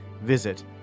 Visit